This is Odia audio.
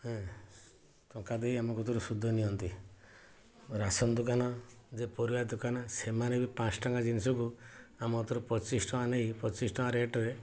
ଏଁ ଟଙ୍କା ଦେଇ ଆମ କତୁରୁ ସୁଧ ନିଅନ୍ତି ରାସନ ଦୋକାନ ଯେ ପରିବା ଦୋକାନ ସେମାନେ ବି ପାଞ୍ଚ ଟଙ୍କା ଜିନଷକୁ ଆମ କତୁରୁ ପଚିଶ ଟଙ୍କା ନେଇ ପଚିଶ ଟଙ୍କା ରେଟରେ